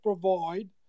provide